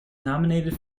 nominated